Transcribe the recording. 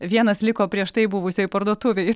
vienas liko prieš tai buvusioj parduotuvėj